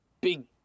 big